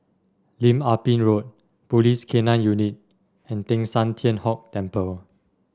Lim Ah Pin Road Police K Nine Unit and Teng San Tian Hock Temple